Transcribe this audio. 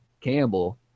Campbell